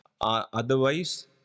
otherwise